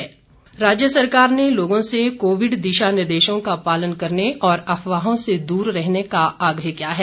दिशा निर्देश राज्य सरकार ने लोगों से कोविड दिशा निर्देशों का पालन करने और अफवाहों से दूर रहने का आग्रह किया है